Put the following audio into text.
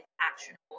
actionable